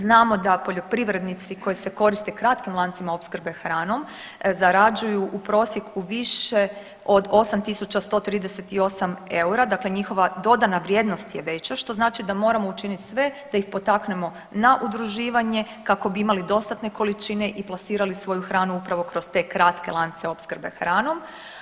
Znamo da poljoprivrednici koji se koriste kratkim lancima opskrbe hranom zarađuju u prosjeku više od 8.138 eura, dakle njihova dodana vrijednost je veća što znači da moramo učiniti sve da ih potaknemo na udruživanje kako bi imali dostane količine i plasirali svoju hranu upravo kroz te kratke lance opskrbe hranom.